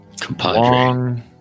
compadre